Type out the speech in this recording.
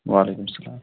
وَعلیکُم اَسَلام